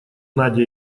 надя